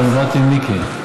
דיברתי עם מיקי.